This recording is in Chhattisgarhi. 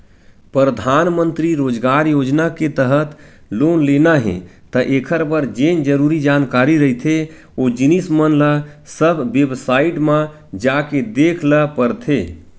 परधानमंतरी रोजगार योजना के तहत लोन लेना हे त एखर बर जेन जरुरी जानकारी रहिथे ओ जिनिस मन ल सब बेबसाईट म जाके देख ल परथे